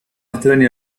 extraña